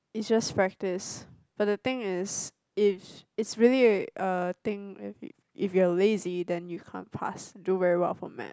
it's just practice but the thing is it's it's really a a thing if you if you are lazy then you can't pass do very well for math